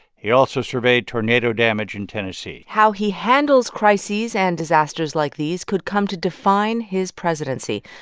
he also surveyed tornado damage in tennessee how he handles crises and disasters like these could come to define his presidency,